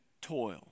toil